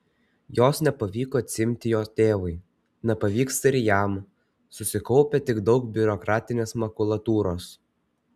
jos nepavyko atsiimti jo tėvui nepavyksta ir jam susikaupia tik daug biurokratinės makulatūros